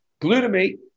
Glutamate